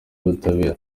y’ubutabera